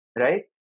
Right